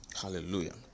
hallelujah